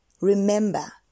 Remember